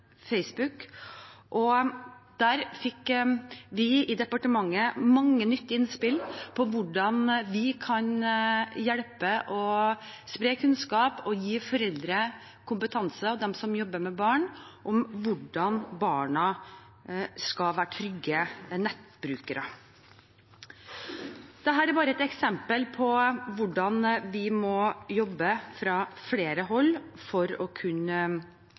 Der fikk vi i departementet mange nyttige innspill om hvordan vi kan hjelpe, spre kunnskap og gi foreldre og dem som jobber med barn, kompetanse om hvordan barna skal være trygge nettbrukere. Dette er bare et eksempel på hvordan vi må jobbe fra flere hold for å kunne